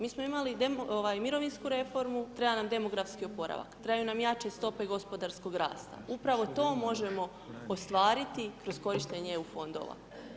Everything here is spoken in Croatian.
Mi smo imali mirovinsku reformu, treba nam demografski oporavak, trebaju nam jače stope gospodarskog rasta, upravo to možemo ostvariti kroz korištenje EU fondova.